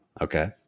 Okay